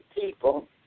people